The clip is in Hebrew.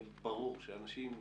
ברור שאנשים,